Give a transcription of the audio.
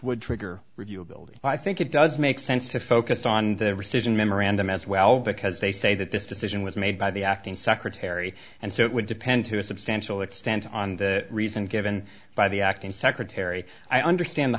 would trigger review ability i think it does make sense to focus on the rescission memorandum as well because they say that that decision was made by the acting secretary and so it would depend to a substantial extent on the reasons given by the acting secretary i understand the